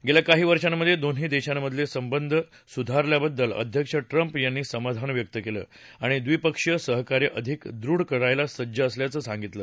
गेल्या काही वर्षामधे दोन्ही देशामधले संबध सुधारल्याबद्दल अध्यक्ष ट्रम्प यांनी समाधान व्यक्त केलं आणि ड्वीपक्षीय सहकार्य अधिक दृढ करायला सज्ज असल्याचं सांगितलं